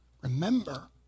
Remember